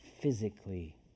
physically